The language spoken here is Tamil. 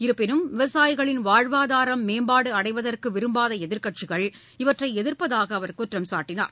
இருப்பினும் விவசாயிகளின் வாழ்வாதாரம் மேம்பாடுஅடைவதற்குவிரும்பாதஎதிர்க்கட்சிகள் இவற்றைஎதிர்ப்பதாகஅவர் குற்றம்சாட்டினார்